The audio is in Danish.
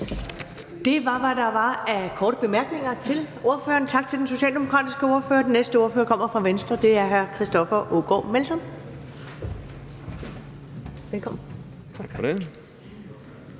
Det var, hvad der var af korte bemærkninger til ordføreren. Tak til den socialdemokratiske ordfører. Den næste ordfører kommer fra Venstre, og det er hr. Christoffer Aagaard Melson. Velkommen. Kl.